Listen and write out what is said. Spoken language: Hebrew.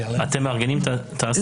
אתם מארגנים את ההסעה?